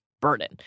burden